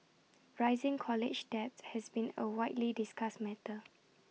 rising college debt has been A widely discussed matter